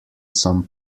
some